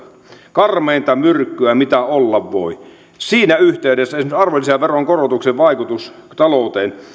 karmeinta myrkkyä mitä olla voi siinä yhteydessä esimerkiksi arvonlisäveron korotuksen vaikutus talouteen